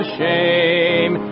shame